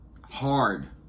hard